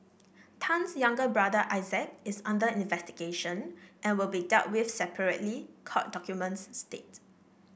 Tan's younger brother Isaac is under investigation and will be dealt with separately court documents state